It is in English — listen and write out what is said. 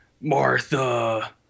Martha